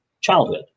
childhood